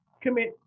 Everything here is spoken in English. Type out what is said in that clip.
commit